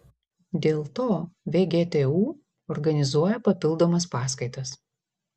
dėl to vgtu organizuoja papildomas paskaitas